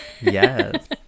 Yes